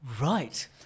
right